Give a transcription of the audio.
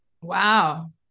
Wow